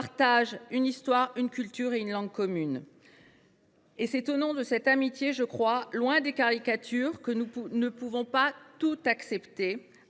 partagent une histoire, une culture et une langue commune. C’est en raison de cette amitié, loin des caricatures, que nous ne pouvons pas tout accepter,